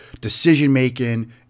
decision-making